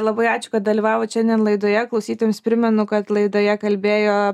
labai ačiū kad dalyvavot šiandien laidoje klausytojams primenu kad laidoje kalbėjo